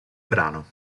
brano